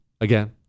again